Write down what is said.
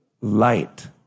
light